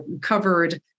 covered